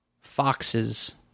foxes